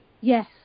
Yes